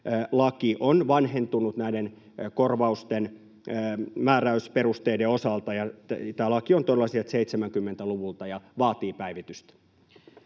on vanhentunut näiden korvausten määräysperusteiden osalta. Tämä laki on todella sieltä 70-luvulta ja vaatii päivitystä.